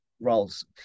roles